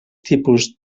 tipus